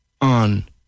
on